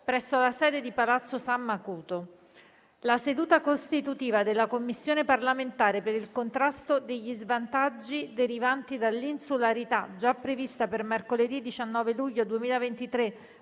presso la sede di Palazzo San Macuto. La seduta costitutiva della Commissione parlamentare per il contrasto degli svantaggi derivanti dall'insularità, già prevista per mercoledì 19 luglio 2023,